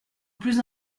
plus